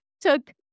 took